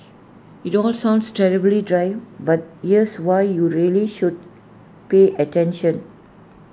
IT all sounds terribly dry but here's why you really should pay attention